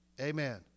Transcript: Amen